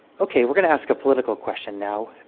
okay, we're going to ask a political question now.